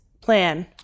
plan